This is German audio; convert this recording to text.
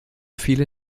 viele